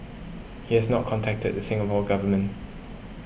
he has not contacted the Singapore Government